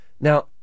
now